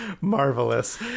marvelous